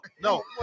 No